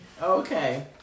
Okay